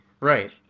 Right